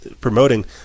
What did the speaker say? promoting